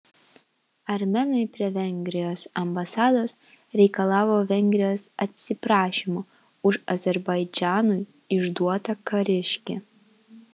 armėnai prie vengrijos ambasados reikalavo vengrijos atsiprašymo už azerbaidžanui išduotą kariškį